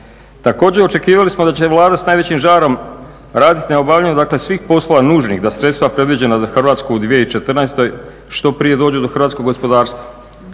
Također, očekivali smo da će Vlada s najvećim žarom raditi na obavljanju dakle svih poslova nužnih da sredstva predviđena za Hrvatsku u 2014. što prije dođu do hrvatskog gospodarstva.